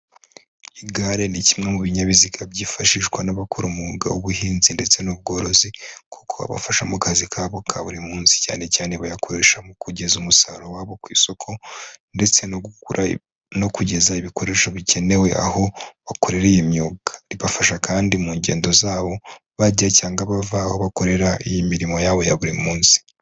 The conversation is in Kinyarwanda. Igare ni kimwe mu binyabiziga byifashishwa n'abakora umwuga w'ubuhinzi ndetse n'ubworozi kuko abafasha mu kazi kabo ka buri munsi cyane cyane bayakoresha mu kugeza umusaruro wabo ku isoko ndetse no kugeza ibikoresho bikenewe aho bakorera imyuga ribafasha kandi mu ngendo zabo bajya cyangwa bava aho bakorera iyi mirimo yabo ya buri munsi.